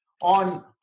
on